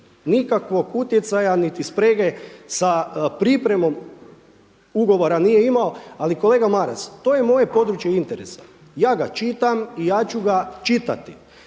nikakvog utjecaja niti sprege sa pripremom ugovora nije imao. Ali kolega Maras, to je moje područje interesa, ja ga čitam i ja ću ga čitati.